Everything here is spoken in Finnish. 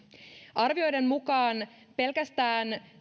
arvioiden mukaan pelkästään